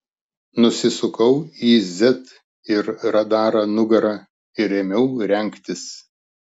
nusisukau į z ir radarą nugara ir ėmiau rengtis